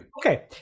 Okay